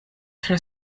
tre